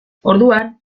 orduan